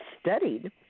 studied